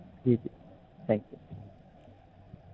جی جی thank you